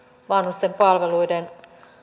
vanhusten palveluiden